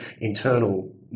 internal